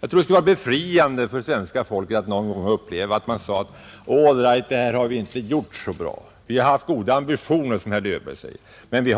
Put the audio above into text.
Det skulle vara befriande för det svenska folket att någon gång få uppleva att man sade: All right, det här har vi inte gjort så bra. Vi har, som herr Löfberg säger, haft goda